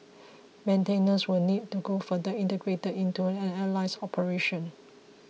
maintenance will need to go further integrated into an airline's operation